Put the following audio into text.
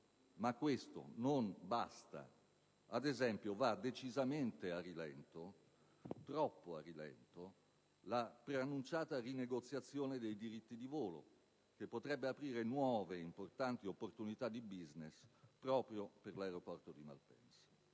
ma questo non basta. Ad esempio, va decisamente troppo a rilento la preannunciata rinegoziazione dei diritti di volo che potrebbe aprire nuove e importanti opportunità di *business* proprio per l'aeroporto di Malpensa.